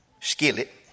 skillet